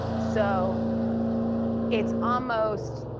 so it's almost,